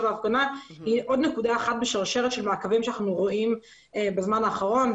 להפגנה היא עוד נקודה אחת בשרשרת של מעקבים שאנחנו רואים בזמן האחרון.